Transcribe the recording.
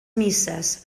misses